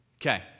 Okay